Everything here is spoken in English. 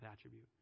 attribute